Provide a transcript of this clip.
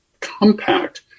compact